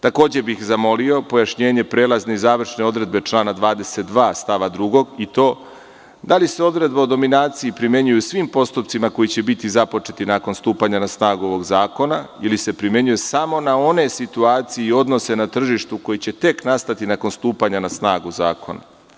Takođe bih zamolio pojašnjenje prelazne i završne odredbe člana 22. stava 2, i to da li se odredba o dominaciji primenjuje u svim postupcima koji će biti započeti nakon stupanja na snagu ovog zakona, ili se primenjuje samo na one situacije i odnose na tržištu koji će tek nastati nakon stupanja na snagu zakona.